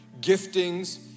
giftings